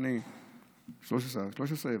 לפני 13,